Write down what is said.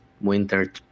winter